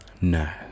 No